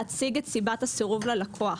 להציג את סיבת הסירוב ללקוח.